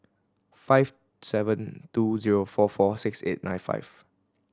five seven two zero four four six eight nine five